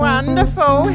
Wonderful